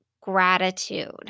gratitude